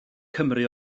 cymru